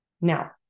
Now